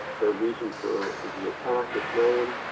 their reason for the attack, if known.